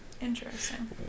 Interesting